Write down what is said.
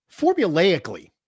Formulaically